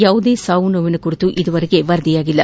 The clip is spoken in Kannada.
ಯಾವುದೇ ಸಾವು ನೋವಿನ ಕುರಿತು ಇದುವರೆಗೆ ವರದಿಯಾಗಿಲ್ಲ